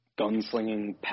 gunslinging